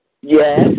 Yes